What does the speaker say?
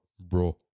bro